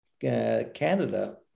Canada